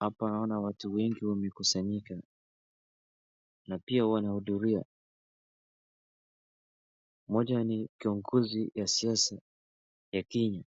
Hapa naona watu wengi wamekusanyika na pia wanahudhuria moja ni kiongozi ya siasa ya Kenya